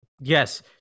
Yes